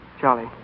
Charlie